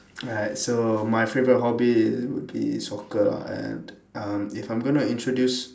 right so my favorite hobby would be soccer and um if I'm going to introduce